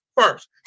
first